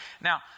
Now